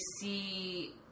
see